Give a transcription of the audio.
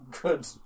Good